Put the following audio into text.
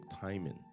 timing